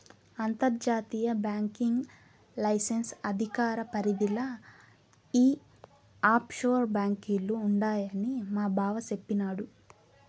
అంతర్జాతీయ banking licence అధికార పరిదిల ఈ ఆప్షోర్ బాంకీలు ఉండాయని మాబావ సెప్పిన్నాడు